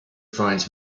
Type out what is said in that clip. finds